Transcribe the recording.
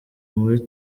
muri